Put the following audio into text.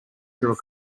through